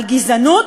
על גזענות,